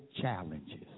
challenges